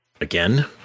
again